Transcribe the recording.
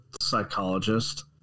psychologist